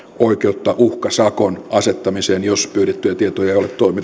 oikeutta uhkasakon asettamiseen jos pyydettyjä tietoja ei ole toimitettu